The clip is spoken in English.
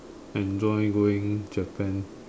enjoy going Japan